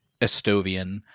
Estovian